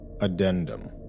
Addendum